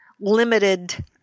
limited